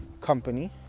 company